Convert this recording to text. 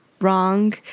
wrong